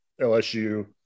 LSU